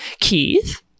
Keith